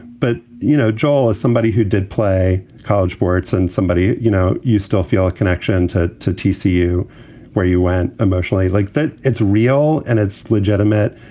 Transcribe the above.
but you know, joel, as somebody who did play college sports and somebody, you know, you still feel a connection to to t c, you where you went emotionally like that. it's real and it's legitimate.